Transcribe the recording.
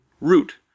Root